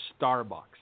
Starbucks